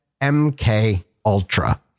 MKUltra